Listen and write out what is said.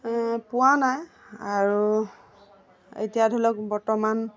পোৱা নাই আৰু এতিয়া ধৰি লওক বৰ্তমান